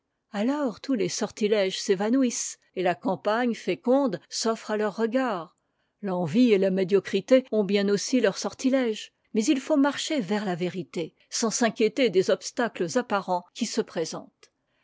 alors tous les sortiléges s'évanouissent et la campagne féconde s'offre à leurs regards l'envie et la médiocrité ont bien aussi leurs sortiléges mais il faut marcher vers la vérité sans s'inquiéter des obstacles apparents qui se présentent